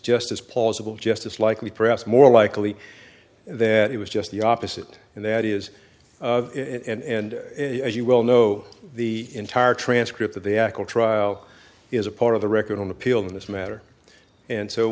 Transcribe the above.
as plausible just as likely perhaps more likely that it was just the opposite and that is and as you well know the entire transcript of the actual trial is a part of the record on appeal in this matter and so